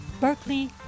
Berkeley